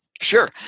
Sure